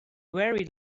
very